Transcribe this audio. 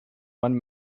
one